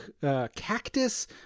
Cactus